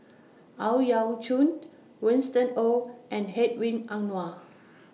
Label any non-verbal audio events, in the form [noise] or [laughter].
Ang Yau Choon [noise] Winston Oh and Hedwig Anuar